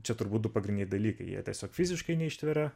čia turbūt du pagrindiniai dalykai jie tiesiog fiziškai neištveria